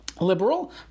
liberal